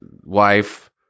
Wife